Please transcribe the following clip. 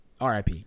RIP